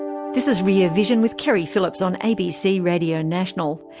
this is rear vision with keri phillips on abc radio national.